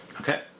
Okay